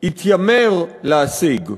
שהתיימר להשיג,